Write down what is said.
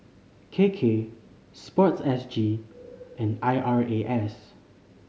K K Sport S G and I R A S